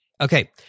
Okay